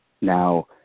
now